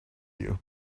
you